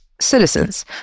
citizens